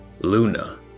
Luna